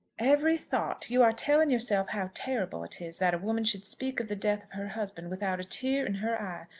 every thought. you are telling yourself how terrible it is that a woman should speak of the death of her husband without a tear in her eye,